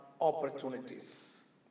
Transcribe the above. opportunities